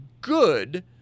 good